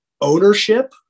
ownership